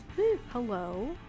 hello